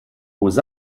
aux